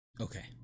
Okay